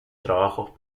trabajos